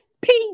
Peace